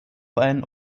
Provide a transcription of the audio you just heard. einen